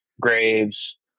Graves